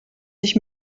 sich